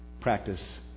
Practice